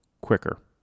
quicker